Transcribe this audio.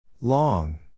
long